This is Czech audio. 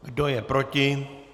Kdo je proti?